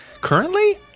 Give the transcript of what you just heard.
currently